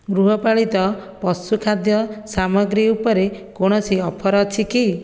ଗୃହପାଳିତ ପଶୁ ଖାଦ୍ୟ ସାମଗ୍ରୀ ଉପରେ କୌଣସି ଅଫର୍ ଅଛି କି